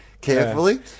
carefully